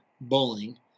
bowling